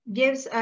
gives